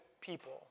people